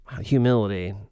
humility